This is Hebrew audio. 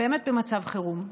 באמת במצב חירום,